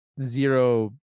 Zero